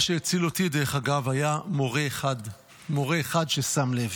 מה שהציל אותי, דרך אגב, היה מורה אחד ששם לב.